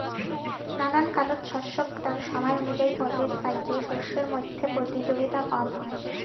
নানান কালত শস্যক তার সমায় অনুযায়ী পোতের পাইলে শস্যর মইধ্যে প্রতিযোগিতা কম হয়